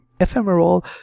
ephemeral